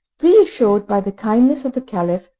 reassured by the kindness of the caliph,